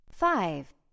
Five